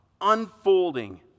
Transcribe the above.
unfolding